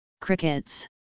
Crickets